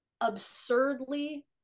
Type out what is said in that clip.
absurdly